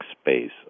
space